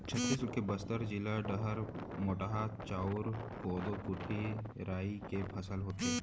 छत्तीसगढ़ के बस्तर जिला डहर मोटहा चाँउर, कोदो, कुटकी, राई के फसल होथे